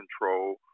control